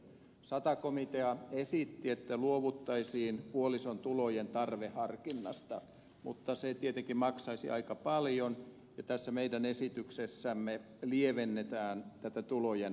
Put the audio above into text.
sata komitea esitti että luovuttaisiin puolison tulojen tarveharkinnasta mutta se tietenkin maksaisi aika paljon ja tässä meidän esityksessämme lievennetään tätä tulojen tarveharkintaa